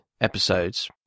episodes